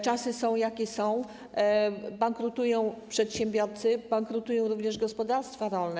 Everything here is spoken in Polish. Czasy są, jakie są, bankrutują przedsiębiorcy, bankrutują również gospodarstwa rolne.